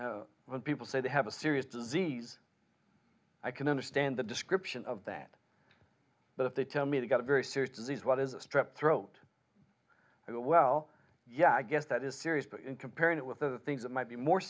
thing when people say they have a serious disease i can understand the description of that but if they tell me they've got a very serious disease what is a strep throat i go well yeah i guess that is serious but in comparing it with the things that might be more